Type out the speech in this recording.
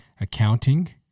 accounting